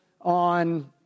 on